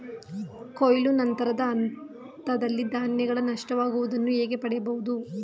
ಕೊಯ್ಲು ನಂತರದ ಹಂತದಲ್ಲಿ ಧಾನ್ಯಗಳ ನಷ್ಟವಾಗುವುದನ್ನು ಹೇಗೆ ತಡೆಯಬಹುದು?